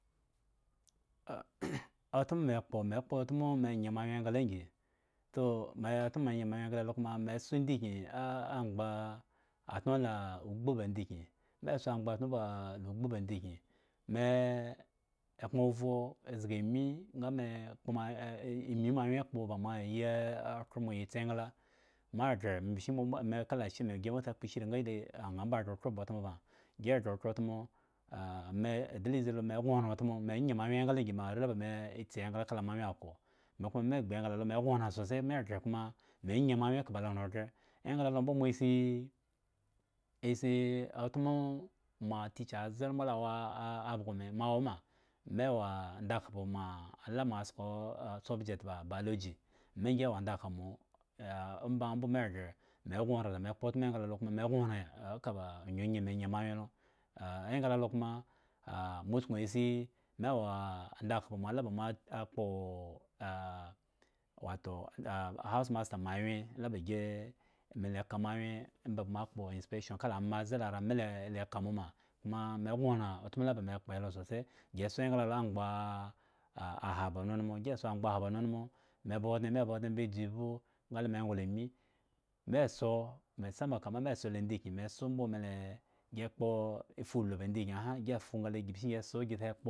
utmu me kpo me nye moanwyen engla nyi so utmo me nye moanwyen engla kuma me soo indigyin angba atno la ugbu ba ndigyin me soo angba tno ba ugbu ba ndigyin me e kpne ovro ezgami nga me kpo e nyun moanwyen kpo ba mo gayi okhro ba mo ayii tsi engla ma gre bishin me kala ashe me mbo gi se kpo shiri nga anaa mbo gre okhro ba utmu bma gi gre okhro otmo me dridzi me go ra otmo me nye mownwyen ebgla ngi me wo are la me tsi angla kala moanyen ako me kuma me gbu engla lo me gnoran sosai me gre kuma me nye moanwyen eka ba lo ran gre engla lomba mo si asi otmo mateacher aze mbo awo abgo me la wo mo me wa andakhpo ma li sko osubject ba biology me ngi awo andakhpo mo omba ngaa me gre me go ran da me kpo otmo engla lo kuma me go ran akaba onyenye ba me enya moanwyen lo 'oh" engla kuma sukun sii me wa andakhpo mola ba mokpo wato house master moanwyen lato ba gi e mele ka moanwyen wanda ba ma kpo enspension kala amaze la ra me le ka mo ma kuma me goran otmo la ba me he kpo he lo sosai gi soo engla lo angbaha ba onunmo gi soo angba ha ba onunmu me ba odne me be dzu vbu nga le me nglomi me soo maisairan kama la ndigyin mbuba me loe gi ekpo fuulu ba ndigyiha.